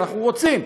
אנחנו רוצים,